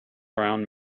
around